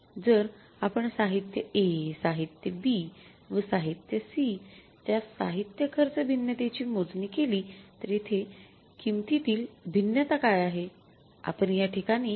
जर आपण साहित्य A साहित्य B व साहित्य C च्या साहित्य खर्च भिन्नतेची मोजणी केली तर येथे किंमती तील भिन्नता काय आहे